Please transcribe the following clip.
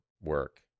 work